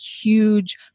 huge